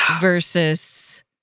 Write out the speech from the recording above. versus